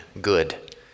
good